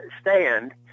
stand